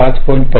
2 ते 5